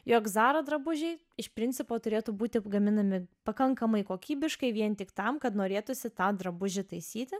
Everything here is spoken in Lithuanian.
jog zara drabužiai iš principo turėtų būti gaminami pakankamai kokybiškai vien tik tam kad norėtųsi tą drabužį taisyti